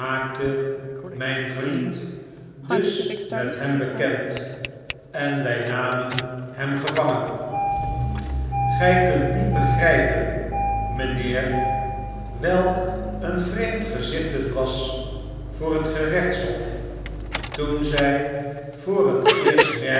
myn vriend dus met hem bekend en wij namen hem gevangen gij kunt niet begrypen mynheer welkeen vreemd gezicht het was voor het gerechtshof toen zy voor het eerst